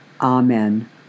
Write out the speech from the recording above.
Amen